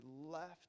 left